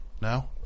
now